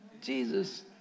Jesus